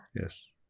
yes